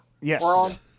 Yes